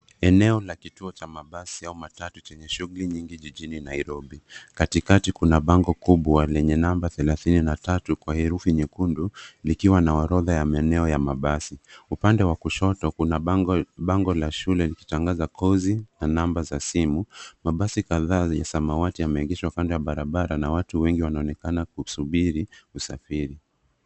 Eneo la kituo cha mabasi au matatu chenye shughuli nyingi jijini Nairobi. Katikati kuna bango kubwa lenye namba thelathini na tatu kwa herufi nyekundu likiwa na orodha ya maeneo ya mabasi. Upande wa kushoto kuna bango la shule likitangaza kozi na namba za simu. Mabasi kadhaa ya samawati yameegeshwa kando ya barabara na watu wengi wanaonekana kusubiri usafiri.